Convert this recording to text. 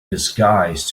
disguised